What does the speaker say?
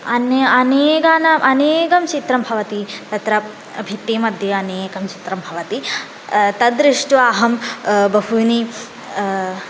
अन्य अनेकानि अनेकं चित्रं भवति तत्र भित्तिः मध्ये अनेकं चित्रं भवति तद्दृष्ट्वा अहं बहूनि